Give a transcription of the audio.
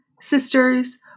sisters